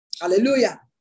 Hallelujah